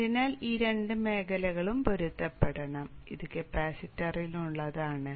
അതിനാൽ ഈ രണ്ട് മേഖലകളും പൊരുത്തപ്പെടണം ഇത് കപ്പാസിറ്ററിനുള്ളതാണ്